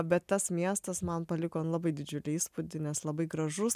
bet tas miestas man paliko labai didžiulį įspūdį nes labai gražus